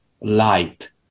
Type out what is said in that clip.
light